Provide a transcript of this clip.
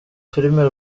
filime